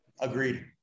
Agreed